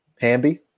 Hamby